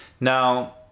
now